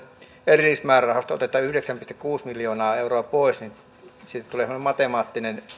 erillismäärärahoista otetaan yhdeksän pilkku kuusi miljoonaa euroa pois niin siitä tulee semmoinen matemaattinen